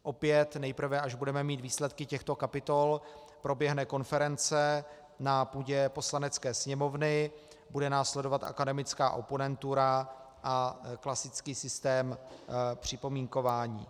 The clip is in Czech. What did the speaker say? Opět nejprve, až budeme mít výsledky těchto kapitol, proběhne konference na půdě Poslanecké sněmovny, bude následovat akademická oponentura a klasický systém připomínkování.